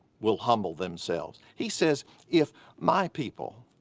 will humble themselves. he says if my people.